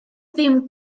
ddim